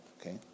okay